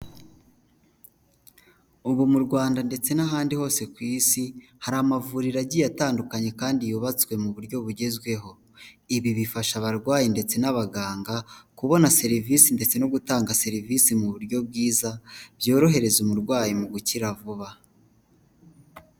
Ubu mu Rwanda ndetse n'ahandi hose ku isi, hari amavuriro agiye atandukanye kandi yubatswe mu buryo bugezweho, ibi bifasha abarwayi ndetse n'abaganga, kubona serivisi ndetse no gutanga serivisi mu buryo bwiza, byorohereza umurwayi mu gukira vuba.